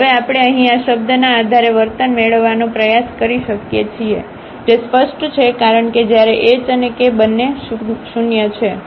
તેથી હવે આપણે અહીં આ શબ્દના આધારે વર્તન મેળવવાનો પ્રયાસ કરી શકીએ છીએ જે સ્પષ્ટ છે કારણ કે જ્યારે h અને k બંને શૂન્ય છે